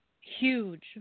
huge